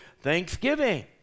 Thanksgiving